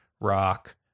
rock